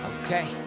Okay